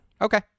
Okay